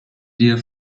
dear